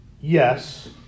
Yes